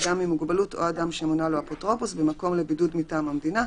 אדם עם מוגבלות או אדם שמונה לו אפוטרופוס במקום לבידוד מטעם המדינה,